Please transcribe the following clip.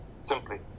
simply